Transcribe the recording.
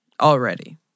already